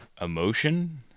emotion